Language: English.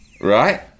right